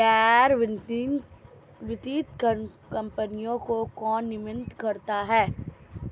गैर बैंकिंग वित्तीय कंपनियों को कौन नियंत्रित करता है?